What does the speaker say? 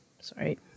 Sorry